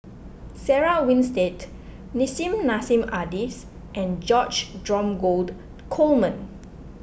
Sarah Winstedt Nissim Nassim Adis and George Dromgold Coleman